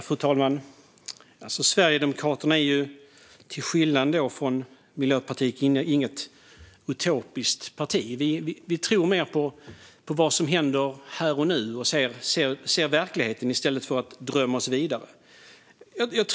Fru talman! Sverigedemokraterna är, till skillnad från Miljöpartiet, inget utopiskt parti. Vi tror mer på vad som händer här och nu och ser verkligheten i stället för att drömma oss vidare.